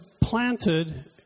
planted